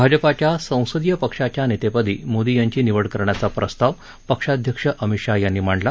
भाजपाच्या संसदीय पक्षाच्या नेतेपदी मोदी यांची निवड करण्याचा प्रस्ताव पक्षाध्यक्ष अमित शहा यांनी मांडला